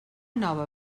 nova